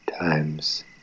times